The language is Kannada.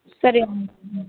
ಸರಿ